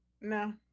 No